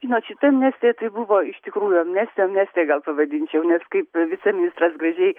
žinot šita amnestija tai buvo iš tikrųjų amnestija amnestijai gal pavadinčiau nes kaip viceministras gražiai